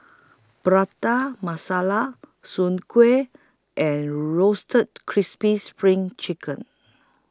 Prata Masala Soon Kuih and Roasted Crispy SPRING Chicken